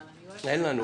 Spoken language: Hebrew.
אבל אני אוהבת אותך,